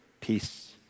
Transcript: peace